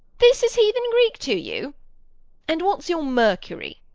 this is heathen greek to you and what's your mercury?